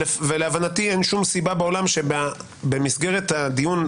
ולהבנתי אין שום סיבה שבעולם שבמסגרת הדיון,